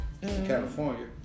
California